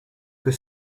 que